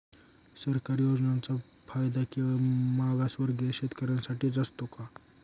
सरकारी योजनांचा फायदा केवळ मागासवर्गीय शेतकऱ्यांसाठीच असतो का?